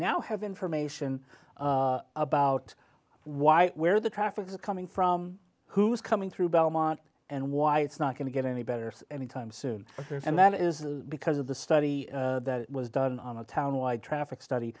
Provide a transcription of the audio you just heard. now have information about why where the traffic coming from who's coming through belmont and why it's not going to get any better anytime soon and that is because of the study that was done on a town wide traffic study